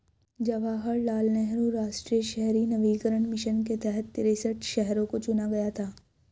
जवाहर लाल नेहरू राष्ट्रीय शहरी नवीकरण मिशन के तहत तिरेसठ शहरों को चुना गया था